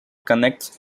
connects